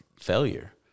failure